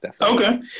Okay